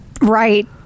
Right